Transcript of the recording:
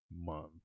month